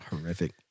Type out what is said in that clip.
horrific